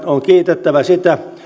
on kiitettävä siitä